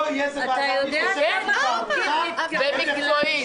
--- הדיון הוא